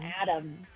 Adam